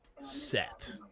set